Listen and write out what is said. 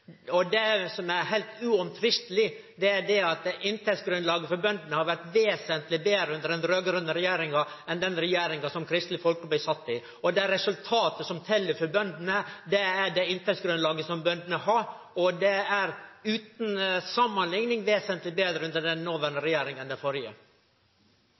Det som er heilt uomtvisteleg, er at inntektsgrunnlaget for bøndene har vore vesentleg betre under den raud-grøne regjeringa enn under den regjeringa som Kristeleg Folkeparti sat i. Det er resultatet som tel for bøndene. Det er det inntektsgrunnlaget som bøndene har, og det er utan samanlikning vesentleg betre under den noverande